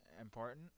important